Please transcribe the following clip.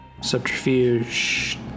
Subterfuge